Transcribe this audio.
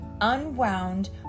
unwound